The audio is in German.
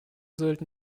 sollten